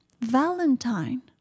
valentine